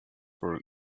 for